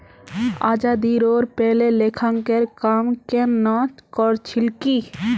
आज़ादीरोर पहले लेखांकनेर काम केन न कर छिल की